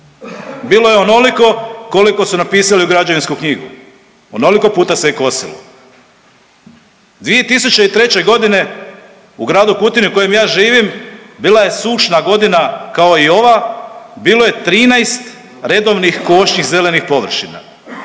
Bilo je onoliko koliko su napisali u građevinsku knjigu, onoliko puta se je kosilo. 2003. godine u gradu Kutini u kojem ja živim bila je sušna godina kao i ova, bilo je 13 redovnih košnji zelenih površina.